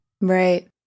Right